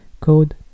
Code